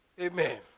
Amen